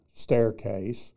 staircase